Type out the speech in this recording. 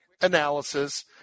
analysis –